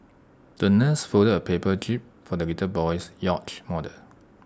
the nurse folded A paper jib for the little boy's yacht model